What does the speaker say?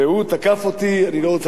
אני לא רוצה אפילו להגיד את הביטויים.